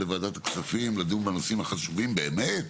לוועדת הכספים לדון בנושאים החשובים באמת,